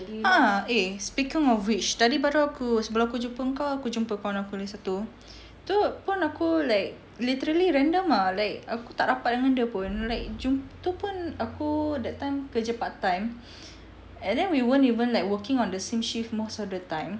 ah eh speaking of which tadi baru aku sebelum aku jumpa kau aku jumpa kawan aku lagi satu tu pun like literally random ah like aku tak rapat dengan dia pun like tu pun aku that time kerja part time and then we won't even like working on the same shift most of the time